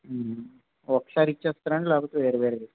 ఒకసారి ఇచ్చేస్తారండి లేకపోతే వేరే వేరే ఇస్తారా